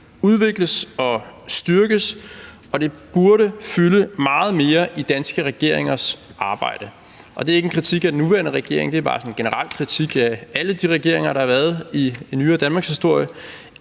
udvikles og styrkes, og det burde fylde meget mere i danske regeringers arbejde. Det er ikke en kritik af den nuværende regering, det er bare sådan en generel kritik af alle de regeringer, der har været i nyere danmarkshistorie: